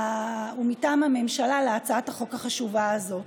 ומטעם הממשלה על הצעת החוק החשובה הזאת.